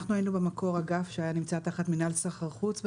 במקור היינו אגף שנמצא תחת מינהל סחר חוץ במשרד,